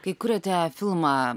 kai kuriate filmą